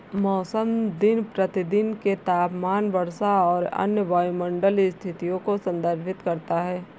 मौसम दिन प्रतिदिन के तापमान, वर्षा और अन्य वायुमंडलीय स्थितियों को संदर्भित करता है